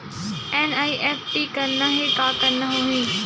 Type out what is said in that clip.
NEFT करना हे का करना होही?